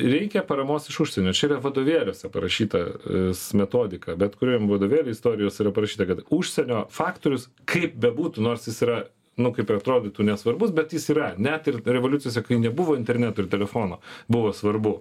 reikia paramos iš užsienio čia yra vadovėliuose aprašytas metodika bet kuriam vadovėlį istorijos yra parašyta kad užsienio faktorius kaip bebūtų nors jis yra nu kaip ir atrodytų nesvarbus bet jis yra net ir revoliucijose kai nebuvo interneto ir telefono buvo svarbu